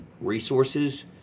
resources—